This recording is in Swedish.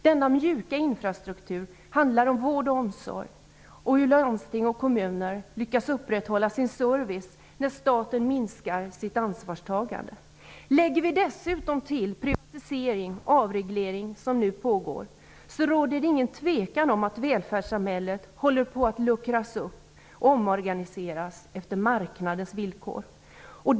Denna mjuka infrastruktur handlar om vård och omsorg och om hur landsting och kommuner lyckas upprätthålla sin service när staten minskar sitt ansvarstagande. Lägger vi dessutom till de privatiseringar och avregleringar som nu pågår råder det inget tvivel om att välfärdssamhället håller på att luckras upp och omorganiseras efter marknadens villkor.